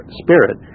spirit